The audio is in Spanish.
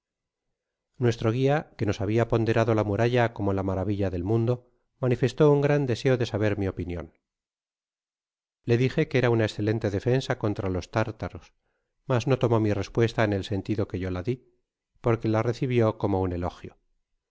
muestro guia que nos habia ponderado la muralla como la maravilla del mundo manifestó un gran deseo de saber mi opinion le dije que era una escelente defensa centra los tártaros mas no tomó mi respuesta en el sentido que yo la di porque la recibio como un elogio